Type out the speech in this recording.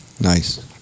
Nice